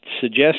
suggest